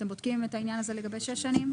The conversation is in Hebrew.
אתם בדקים את העניין הזה לגבי שש שנים?